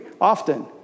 often